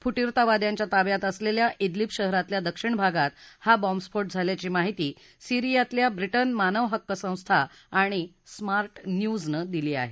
फुटीरतावाद्यांच्या ताब्यात असलेल्या इदलिब शहरातल्या दक्षिण भागात हा बॉम्बस्फोट झाल्याची माहिती सीरियातल्या ब्रिटन मानवहक्क संस्था आणि स्मार्ट न्यूजनं दिली आहे